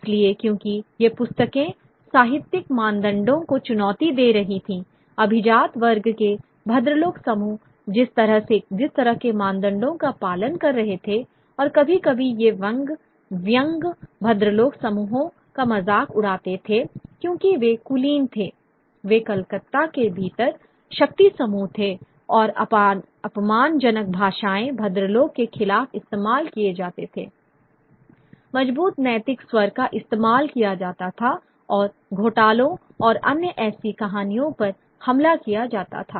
इसलिए क्योंकि ये पुस्तकें साहित्यिक मानदंडों को चुनौती दे रही थीं अभिजात वर्ग के भद्रलोक समूह जिस तरह के मानदंडों का पालन कर रहे थे और कभी कभी ये व्यंग्य भद्रलोक समूहों का मजाक उड़ाते थे क्योंकि वे कुलीन थे वे कलकत्ता के भीतर शक्ति समूह थे और अपमानजनक भाषाएं भद्रलोक के खिलाफ इस्तेमाल किए जाते थे मजबूत नैतिक स्वर का इस्तेमाल किया जाता था और घोटालों और अन्य ऐसी कहानियों पर हमला किया जाता था